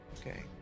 Okay